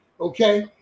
okay